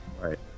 right